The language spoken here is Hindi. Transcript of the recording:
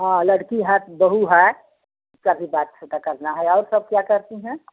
हाँ लड़की है बहू है उसका भी बाल छोटा करना है और सब क्या करती हैं